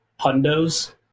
pundos